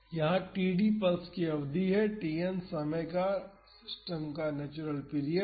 यहाँ td pulse की अवधि है और Tn सिस्टम का नेचुरल पीरियड है